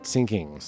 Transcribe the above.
Sinking